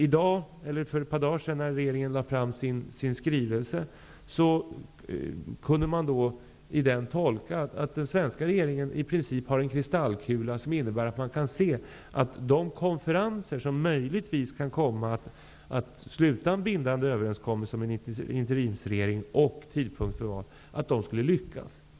I den skrivelse som regeringen lade fram för ett par dagar sedan kunde man tolka in att den svenska regeringen har en kristallkula där man kan se att de konferenser som möjligtvis kan komma att leda fram till en bindande överenskommelse om en interimsregering och om tidpunkt för val verkligen kommer att lyckas med detta.